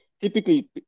Typically